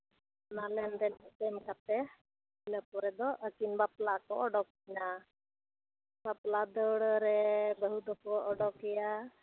ᱚᱱᱟ ᱞᱮᱱᱫᱮᱱ ᱠᱟᱛᱮᱫ ᱤᱱᱟᱹ ᱯᱚᱨᱮ ᱫᱚ ᱟᱹᱞᱤᱱ ᱵᱟᱯᱞᱟ ᱠᱚ ᱚᱰᱚᱠ ᱠᱤᱱᱟ ᱵᱟᱯᱞᱟ ᱫᱟᱹᱣᱲᱟᱹ ᱨᱮ ᱵᱟᱹᱦᱩ ᱫᱚᱠᱚ ᱚᱰᱚᱠᱮᱭᱟ